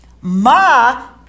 Ma